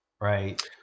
right